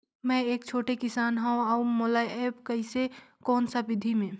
मै एक छोटे किसान हव अउ मोला एप्प कइसे कोन सा विधी मे?